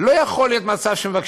לא יכול להיות מצב שמבקשים,